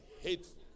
hateful